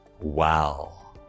Wow